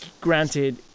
granted